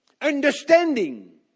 Understanding